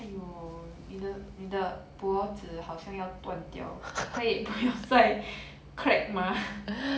!aiyo! 你的你的脖子好像要断掉可以不要再 crack 吗